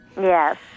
Yes